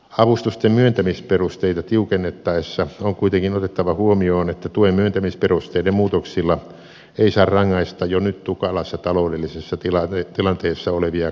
avustusten myöntämisperusteita tiukennettaessa on kuitenkin otettava huomioon että tuen myöntämisperusteiden muutoksilla ei saa rangaista jo nyt tukalassa taloudellisessa tilanteessa olevia kuntia